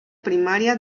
primaria